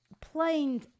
plain